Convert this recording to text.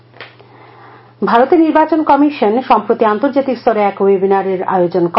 নির্বাচন কমিশন ভারতের নির্বাচন কমিশন সম্প্রতি আন্তর্জাতিক স্তরে এক ওয়েবিনার এর আয়োজন করে